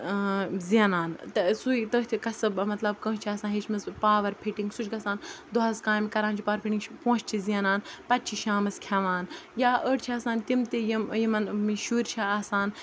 زینان تہٕ سُے تٔتھۍ کسٕب مطلب کٲنٛسہِ چھِ آسان ہیٚچھمٕژ پاوَر فِٹِنٛگ سُہ چھِ گژھان دۄہَس کامہِ کَران چھُ پاوَر فِٹِنٛگ پونٛسہٕ چھِ زینان پَتہٕ چھِ شامَس کھٮ۪وان یا أڑۍ چھِ آسان تِم تہِ یِم یِمَن شُرۍ چھِ آسان